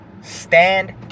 stand